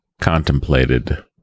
Contemplated